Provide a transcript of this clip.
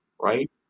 right